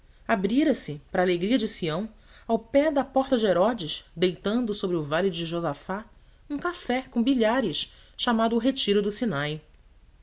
abrira se para alegria de sião ao pé da porta de herodes deitando sobre o vale de josafate um café com bilhares chamado o retiro do sinai